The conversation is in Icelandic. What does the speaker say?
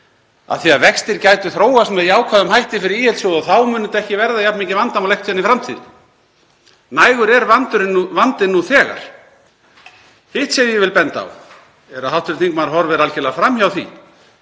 af því að vextir gætu þróast með jákvæðum hætti fyrir ÍL-sjóð og þá muni þetta ekki verða jafn mikið vandamál í framtíðinni. Nægur er vandinn nú þegar. Hitt sem ég vil benda á er að hv. þingmaður horfir algjörlega fram hjá að